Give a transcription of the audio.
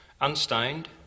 unstained